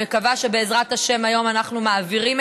אני מקווה שבעזרת השם היום אנחנו מעבירים